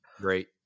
great